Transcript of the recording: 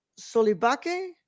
Solibake